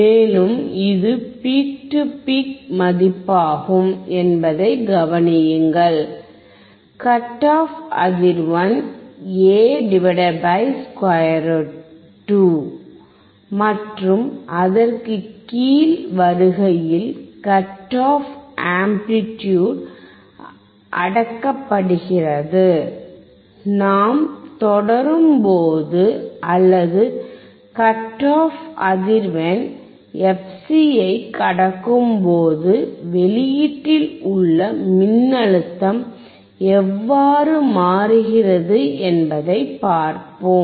மேலும் இது peak to peak மதிப்பாகும் என்பதைக் கவனியுங்கள் கட் ஆப் அதிர்வெண் A√2 மற்றும் அதற்கு கீழ் வருகையில் கட் ஆப் ஆம்ப்ளிட்யூட் அடக்கப்படுகிறது நாம் தொடரும்போது அல்லது கட் ஆஃப் அதிர்வெண் எஃப்சியைக் கடக்கும்போது வெளியீட்டில் உள்ள மின்னழுத்தம் எவ்வாறு மாறுகிறது என்பதைப் பார்ப்போம்